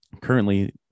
currently